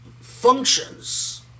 functions